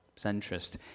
centrist